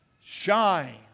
shine